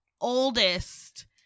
oldest